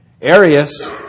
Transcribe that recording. Arius